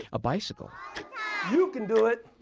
a bicycle you can do it.